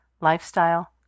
lifestyle